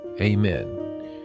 Amen